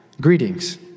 greetings